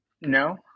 No